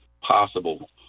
possible